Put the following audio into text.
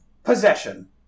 Possession